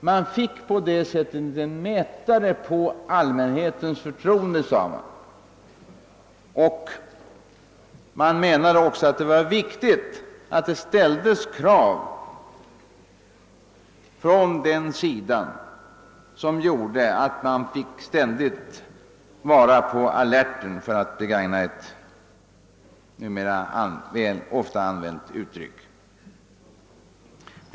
Man får på detta sätt en mätare på allmänhetens förtroende. Man menade att det också var viktigt att aktieägarna ställde sådana krav, att företagsledningen ständigt fick vara på alerten, för att begagna ett numera ofta använt uttryck.